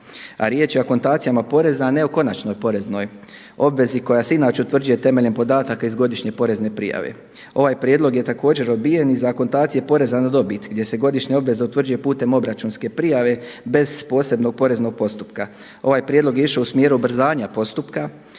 a riječ je o akontacijama poreza, a ne o konačnoj poreznoj obvezi koja se inače utvrđuje temeljem podataka iz godišnje porezne prijave. Ovaj prijedlog je također odbijen i za akontacije poreza na dobit gdje se godišnja obveza utvrđuje putem obračunske prijave bez posebnog poreznog postupka. Ovaj prijedlog je išao u smjeru ubrzavanja postupka